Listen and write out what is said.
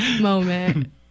moment